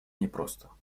непросто